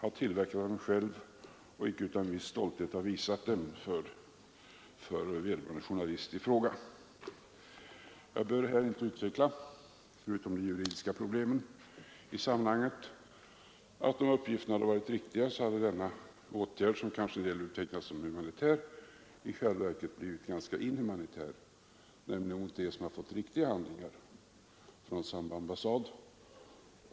Han skulle icke utan stolthet ha visat dem för journalisten i fråga. Jag behöver här inte utveckla — om jag bortser från de juridiska problemen i sammanhanget — att om uppgifterna hade varit riktiga, hade denna åtgärd, som kanske en del betecknar som humanitär, i själva verket blivit inhumanitär, nämligen mot dem som fått riktiga handlingar från samma ambassad.